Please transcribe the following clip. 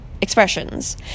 expressions